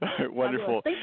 Wonderful